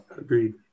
agreed